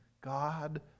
God